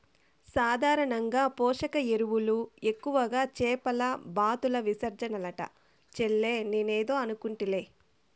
సాధారణంగా పోషక ఎరువులు ఎక్కువగా చేపల బాతుల విసర్జనలంట చెల్లే నేనేదో అనుకుంటిలే